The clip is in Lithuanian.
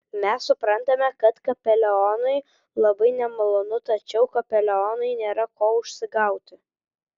mes suprantame kad kapelionui labai nemalonu tačiau kapelionui nėra ko užsigauti